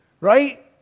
right